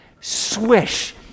Swish